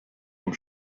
dem